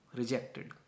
rejected